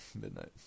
midnight